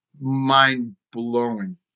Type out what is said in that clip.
mind-blowing